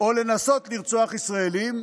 או לנסות לרצוח ישראלים,